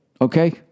Okay